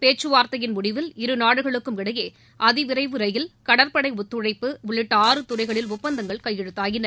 பேச்சுவார்த்தையின் முடிவில் இரு நாடுகளுக்கும் இடையே அதிவிரைவு ரயில் கடற்படை ஒத்துழைப்பு உள்ளிட்ட ஆறு துறைகளில் ஒப்பந்தங்கள் கையெழுத்தாயின